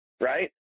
right